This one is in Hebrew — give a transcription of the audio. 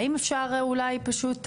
האם אפשר אולי פשוט,